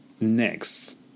next